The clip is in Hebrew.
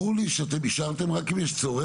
ברור לי שאישרתם רק אם יש צורך.